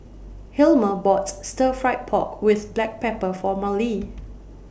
Hilmer bought Stir Fried Pork with Black Pepper For Marlee